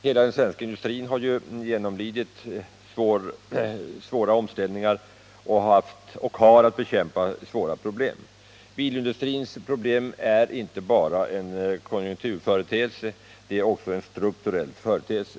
Hela den svenska industrin har f. ö. genomlidit omställningar och har att bekämpa svåra problem. Bilindustrins problem är inte bara en konjunkturföreteelse utan också en strukturell företeelse.